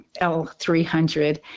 L300